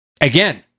again